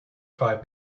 five